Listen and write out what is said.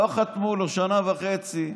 לא חתמו לו שנה וחצי.